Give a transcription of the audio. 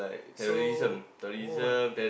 so oh